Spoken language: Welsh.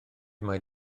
mae